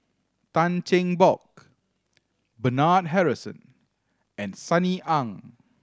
Tan Cheng Bock Bernard Harrison and Sunny Ang